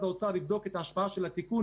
החקיקה,